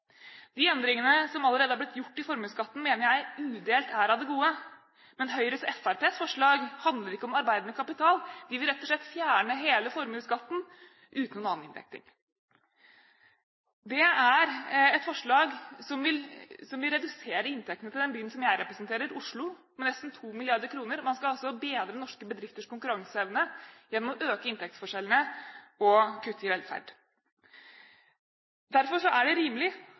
De endringene som allerede har blitt gjort i formuesskatten, mener jeg udelt er av det gode. Men Høyres og Fremskrittspartiets forslag handler ikke om arbeidende kapital. De vil rett og slett fjerne hele formuesskatten, uten noen annen inndekning. Det er et forslag som vil redusere inntektene til den byen som jeg representerer, Oslo, med nesten 2 mrd. kr. Man skal altså bedre norske bedrifters konkurranseevne gjennom å øke inntektsforskjellene og kutte i velferd. Derfor er det rimelig